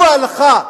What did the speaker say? הוא ההלכה.